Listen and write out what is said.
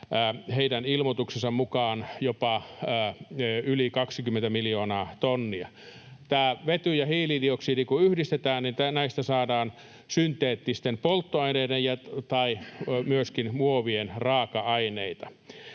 heidän ilmoituksensa mukaan jopa yli 20 miljoonaa tonnia. Kun tämä vety ja hiilidioksidi yhdistetään, niin näistä saadaan synteettisten polttoaineiden ja myöskin muovien raaka-aineita.